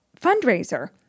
fundraiser